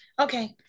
okay